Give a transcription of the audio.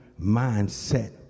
mindset